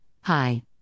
hi